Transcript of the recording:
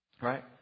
right